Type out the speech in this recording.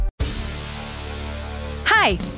Hi